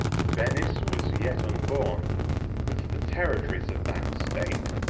venice was yet unborn but the territories of that state,